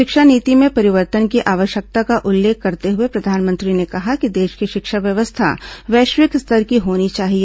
शिक्षा नीति में परिवर्तन की आवश्यकता का उल्लेख करते हुए प्रधानमंत्री ने कहा कि देश की शिक्षा व्यवस्था वैश्विक स्तर की होनी चाहिए